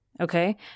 Okay